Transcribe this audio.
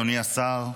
אדוני השר,